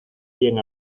bien